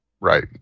Right